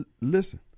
listen